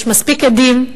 יש מספיק עדים,